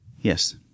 Yes